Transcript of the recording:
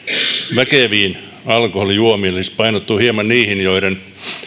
väkeviin alkoholijuomiin siis painottuu hieman niihin joiden